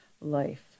life